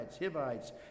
Hivites